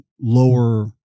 lower